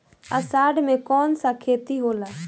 अषाढ़ मे कौन सा खेती होला?